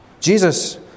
Jesus